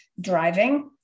driving